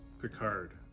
Picard